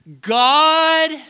God